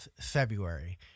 February